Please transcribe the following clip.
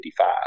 1955